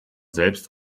selbst